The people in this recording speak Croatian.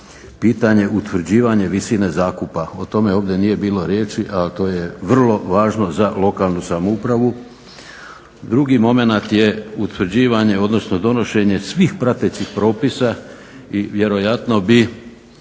Pitanje utvrđivanja visine zakupa, o tome ovdje nije bilo riječi a to je vrlo važno za lokalnu samoupravu. Drugi momenat je utvrđivanje odnosno donošenje svih pratećih propisa i vjerojatno bi